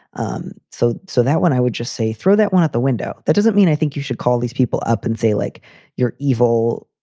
um so. so that when i would just say throw that one at the window, that doesn't mean i think you should call these people up and say, like you're evil.